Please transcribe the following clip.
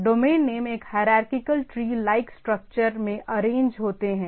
तो domain name एक hierarchical tree like structure में अरेंज होते हैं